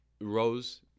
Rose